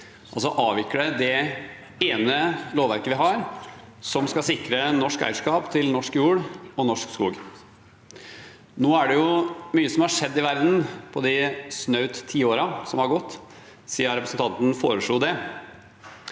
avvikle det ene lovverket vi har som skal sikre norsk eierskap til norsk jord og norsk skog. Nå er det jo mye som har skjedd i verden på de snaut ti årene som har gått siden representanten foreslo det.